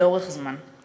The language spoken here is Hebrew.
לאורך זמן.